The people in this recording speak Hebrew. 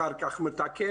אחר כך מתקן.